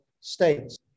states